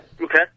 Okay